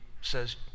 says